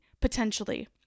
potentially